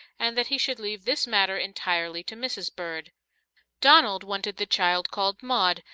and that he should leave this matter entirely to mrs. bird donald wanted the child called maud,